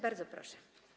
Bardzo proszę.